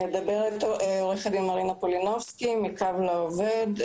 מדברת עו"ד מרינה פולינובסקי מ"קו לעובד",